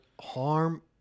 harm